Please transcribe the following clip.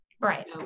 Right